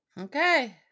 Okay